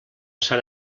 sant